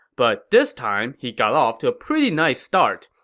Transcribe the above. but this time, he got off to a pretty nice start.